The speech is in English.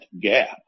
gap